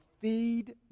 feed